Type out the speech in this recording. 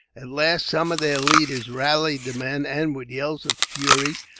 at last some of their leaders rallied the men and, with yells of fury,